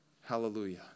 Hallelujah